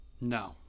No